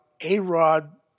A-Rod